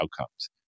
outcomes